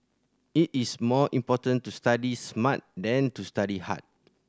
it is more important to study smart than to study hard